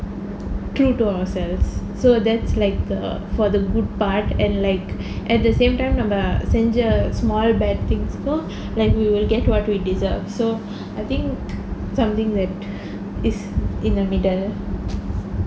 true to ourselves so that's like the for the good part and like at the same time நம்ப செஞ்சா:namba senja small bad things so like we will get what we deserve so I think something that is in the middle